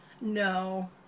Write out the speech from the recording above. No